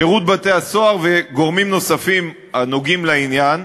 שירות בתי-הסוהר וגורמים נוספים הנוגעים בעניין,